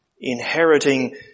Inheriting